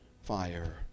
fire